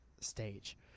stage